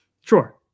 Sure